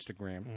Instagram